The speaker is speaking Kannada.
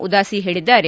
ಉದಾಸಿ ಹೇಳಿದ್ದಾರೆ